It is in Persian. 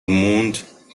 موند